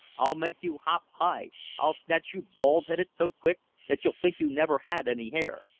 i'll make you hop high! i'll snatch you bald-headed so quick that you'll think you never had any hair!